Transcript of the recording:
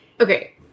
Okay